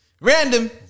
random